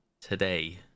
today